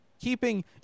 keeping